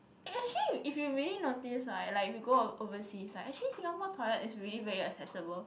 eh actually if you really notice right like if you go over overseas right actually Singapore toilet is really very accessible